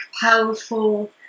powerful